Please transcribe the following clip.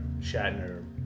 Shatner